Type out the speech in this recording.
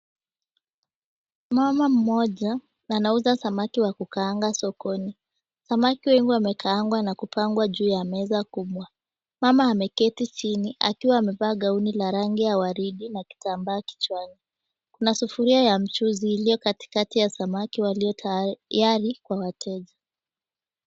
Mama mmoja anauza samaki wa kukaanga sokoni. Samaki wengi wamekaangwa na kupangwa juu ya meza kubwa. Mama ameketi chini akiwa amevaa gauni la rangi ya waridi na kitambaa kichwani. Kuna sufuria ya mchuzi iliyo katikati ya samaki waliotayari kwa wateja.